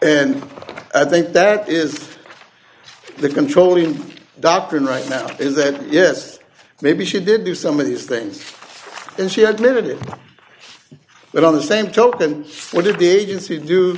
and i think that is the controlling doctrine right now is that yes maybe she did do some of these things and she admitted it but on the same token what did the agency